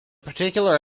particular